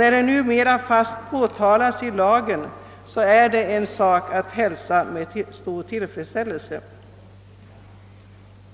När denna nu bestäms i lagen hälsar jag det med stor tillfredsställelse.